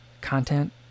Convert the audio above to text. content